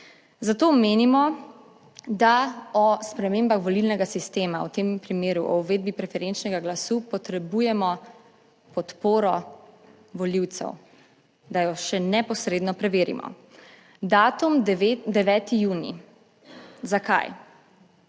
zato menimo, da o spremembah volilnega sistema, v tem primeru o uvedbi preferenčnega glasu, potrebujemo podporo volivcev, da jo še neposredno preverimo. Datum 9. junij - zakaj?